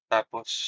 Tapos